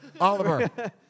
Oliver